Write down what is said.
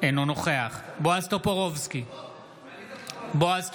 אינו נוכח בועז טופורובסקי,